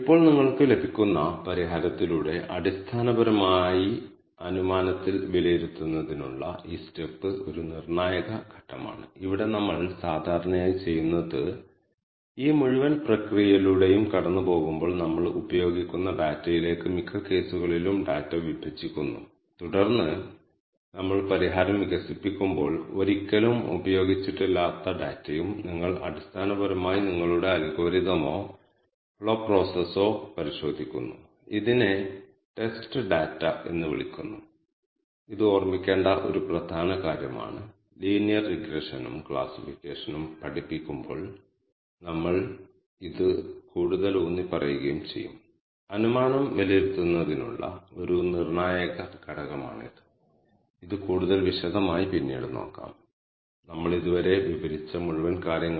ഇത് ലൂപ്പ് 1 മുതൽ പരമാവധി ക്ലസ്റ്ററുകൾ വരെ പ്രവർത്തിക്കും അതായത് ഈ സാഹചര്യത്തിൽ അത് 10 ആണ് കൂടാതെ i യുടെ ഓരോ മൂല്യത്തിനും ഈ കെ മീൻസ് അൽഗോരിതം നടപ്പിലാക്കുന്നു ഒബ്ജക്റ്റുകൾ ഈ ഡ്രൈവ് ക്ലാസുകളിലും ക്ലാസുകളിലും സംഭരിക്കുന്നു ഈ ഡ്രൈവ് ക്ളാസ്സുകളിൽ സ്ക്വയറുകളുടെ ആകെത്തുകയ്ക്കുള്ളിലെ മൊത്തം ദൂരം i യുടെ ഈ wss ലേക്ക് അലോക്കേറ്റ് ചെയ്യുന്നു